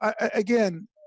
again